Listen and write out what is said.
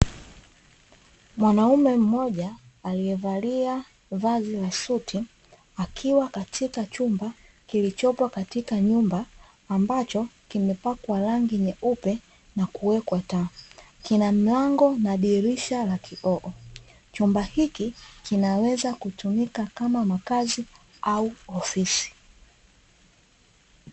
Mwanaume mmoja alievalia vazi la suti, akiwa katika chumba kilichopo katika nyumba, ambacho kimepakwa rangia nyeupe na kuwekwa taa. Kina mlango na dirisha la kioo, chumba hiki kinaweza kutumika kama makazi au ofisi,